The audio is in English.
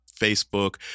Facebook